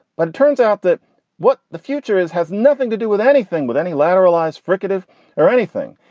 but it turns out that what the future is has nothing to do with anything, with any laterals, fricative or anything.